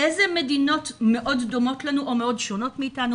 איזה מדינות מאוד דומות לנו או מאוד שונות מאיתנו,